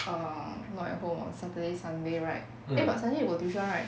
err not at home on saturday sunday right eh but sunday you got tuition right